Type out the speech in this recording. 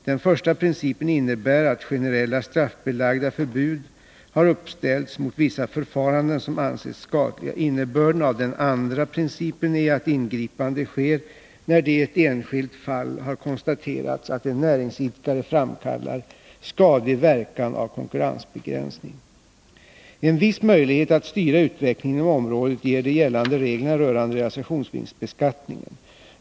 Den första principen innebär att generella straffbelagda förbud har uppställts mot vissa förfaranden som anses skadliga. Innebörden av den andra principen är att ingripande sker när det i ett enskilt fall har konstaterats att en näringsidkare framkallar skadlig verkan av konkurrensbegränsning. En viss möjlighet att styra utvecklingen inom området ger de gällande reglerna rörande realisationsbeskattningen.